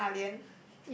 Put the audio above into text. yes an Ah-Lian